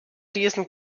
diesen